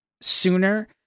sooner